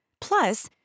Plus